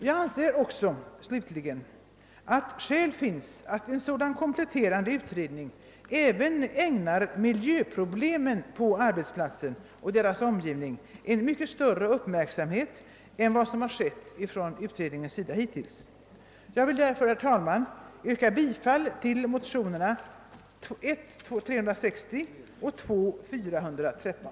Jag anser vidare att skäl finns för att man vid en sådan kompletterande utredning även ägnar miljöproblemen på arbetsplatsen och i dess omgivning mycket större uppmärksamhet än hittills har skett. Herr talman! Jag yrkar av dessa skäl bifall till motionerna I: 360 och II: 413.